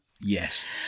Yes